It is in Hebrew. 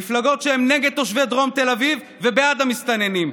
מפלגות שהן נגד תושבי דרום תל אביב ובעד המסתננים,